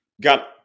got